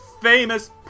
famous